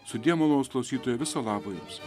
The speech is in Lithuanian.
sudie malonūs klausytojai viso labo jums